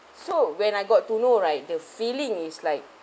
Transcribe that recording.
so when I got to know right the feeling is like